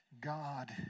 God